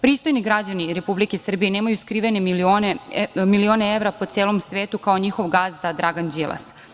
Pristojni građani Republike Srbije nemaju skrivene milione evra po celom svetu kao njihov gazda Dragan Đilas.